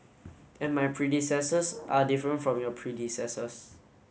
and my predecessors are different from your predecessors